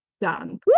done